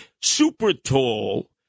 super-tall